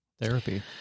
therapy